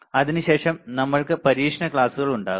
അതിനുശേഷം നമ്മൾക്ക് പരീക്ഷണ ക്ലാസുകൾ ഉണ്ടാകും